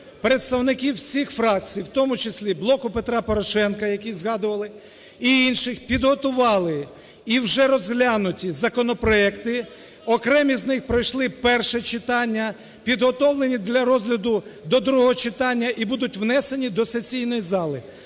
представники всіх фракцій і в тому числі "Блоку Петра Порошенка", який згадували, і інших підготували і вже розглянуті законопроекти, окремі з них пройшли перше читання, підготовлені для розгляду до другого читання і будуть внесені до сесійної зали.